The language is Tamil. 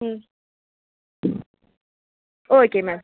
ம் ஓகே மேம்